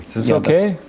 this ok?